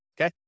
okay